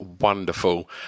wonderful